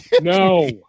No